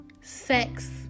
Sex